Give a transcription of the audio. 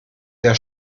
der